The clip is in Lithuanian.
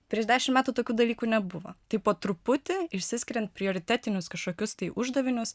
prieš dešim metų tokių dalykų nebuvo tai po truputį išsiskiriant prioritetinius kažkokius tai uždavinius